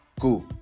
Cool